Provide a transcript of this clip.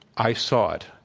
i saw it.